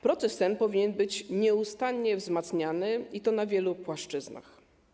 Proces ten powinien być nieustannie wzmacniany, i to na wielu płaszczyznach.